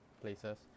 places